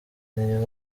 rayon